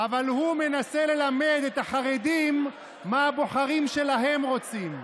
אבל הוא מנסה ללמד את החרדים מה הבוחרים שלהם רוצים.